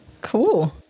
cool